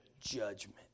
Judgment